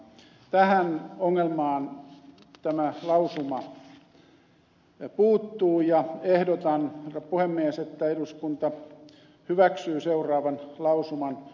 tähän ongelmaan tämä lausuma puuttuu ja ehdotan herra puhemies että eduskunta hyväksyy seuraavan lausuman